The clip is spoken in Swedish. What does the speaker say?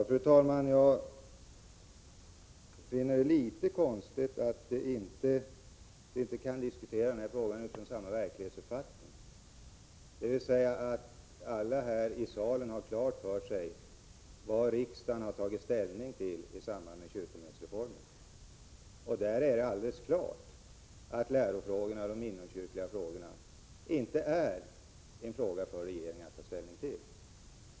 Fru talman! Jag finner det litet konstigt att vi inte kan diskutera den här frågan utifrån samma verklighetsuppfattning. Alla här i salen bör ha klart för sig vad riksdagen har tagit ställning till i samband med kyrkomötesreformen — och det är alldeles klart att lärofrågorna och de inomkyrkliga frågorna inte är frågor för regeringen att ta ställning till.